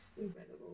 incredible